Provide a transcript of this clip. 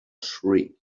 shriek